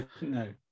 no